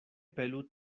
pelu